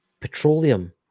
petroleum